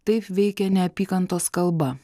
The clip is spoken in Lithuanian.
taip veikė neapykantos kalba